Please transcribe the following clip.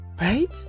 right